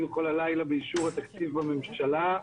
התעסקנו כל הלילה באישור התקציב בממשלה.